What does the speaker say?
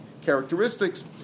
characteristics